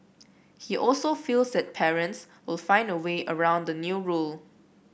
he also feels that parents will find a way around the new rule